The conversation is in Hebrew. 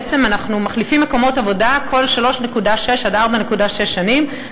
בעצם אנחנו מחליפים מקומות עבודה כל 3.6 4.6 שנים,